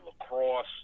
lacrosse